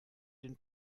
den